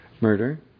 Murder